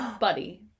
Buddy